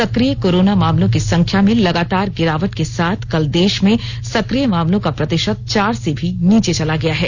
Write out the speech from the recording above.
सक्रिय कोरोना मामलों की संख्या में लगातार गिरावट के साथ कल देश में सक्रिय मामलों का प्रतिशत चार से भी नीचे चला गया है